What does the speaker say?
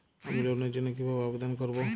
আমি লোনের জন্য কিভাবে আবেদন করব?